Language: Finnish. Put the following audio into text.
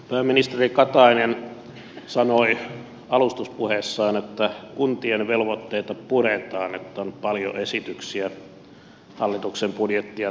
pääministeri katainen sanoi alustuspuheessaan että kuntien velvoitteita puretaan että on paljon esityksiä hallituksen budjettia tehdessä tullut